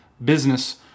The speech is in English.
business